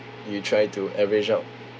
you try to average out